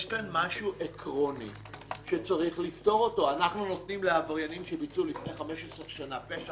אז יכול להיות שצריך לקחת 18 ועוד חמש שנים - נניח,